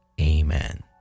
Amen